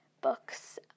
books